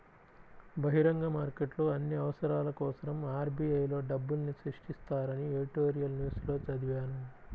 బహిరంగ మార్కెట్లో అన్ని అవసరాల కోసరం ఆర్.బి.ఐ లో డబ్బుల్ని సృష్టిస్తారని ఎడిటోరియల్ న్యూస్ లో చదివాను